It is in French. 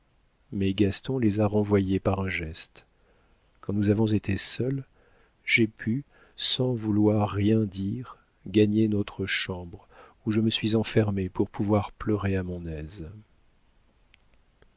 mais gaston les a renvoyés par un geste quand nous avons été seuls j'ai pu sans vouloir rien dire gagner notre chambre où je me suis enfermée pour pouvoir pleurer à mon aise